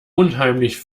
unheimlich